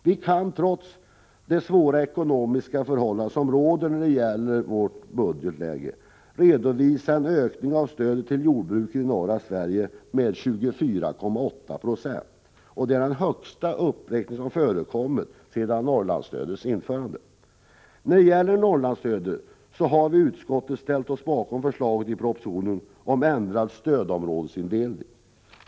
Vi kan, trots de svåra ekonomiska förhållandena i vårt nuvarande budgetläge, redovisa en ökning av stödet till jordbruket i norra Sverige med 24,8 70. Det är den högsta uppräkning som har gjorts sedan Norrlandsstödets införande. När det gäller Norrlandsstödet har vi i utskottet ställt oss bakom förslaget i propositionen om ändrad stödområdesindelning.